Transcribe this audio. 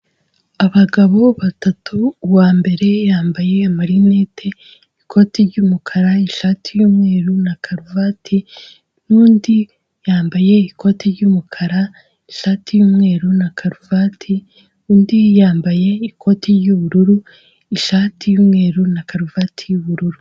Abagabo batatu, uwambere yambaye marinete, ikoti ry'umukara, ishati y'umweru na karuvati; nundi yambaye ikoti ry'umukara, ishati y'umweru na karuvati; undi yambaye ikoti ry'ubururu, ishati y'umweru na karuvati y'ubururu.